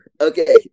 Okay